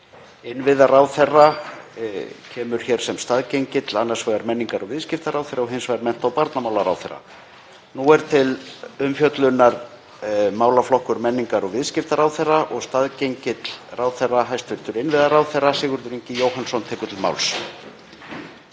innviðaráðherra kemur hér sem staðgengill annars vegar menningar- og viðskiptaráðherra og hins vegar mennta- og barnamálaráðherra. Nú er til umfjöllunar málaflokkur menningar- og viðskiptaráðherra og staðgengill ráðherra, hæstv. innviðaráðherra Sigurður Ingi Jóhannsson, tekur til máls.